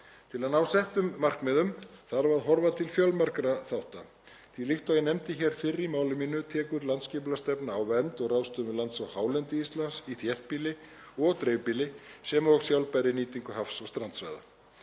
Til að ná settum markmiðum þarf að horfa til fjölmargra þátta, því líkt og ég nefndi hér fyrr í máli mínu tekur landsskipulagsstefna á vernd og ráðstöfun lands á hálendi Íslands, í þéttbýli og dreifbýli og sjálfbærri nýtingu haf- og strandsvæða.